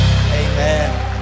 amen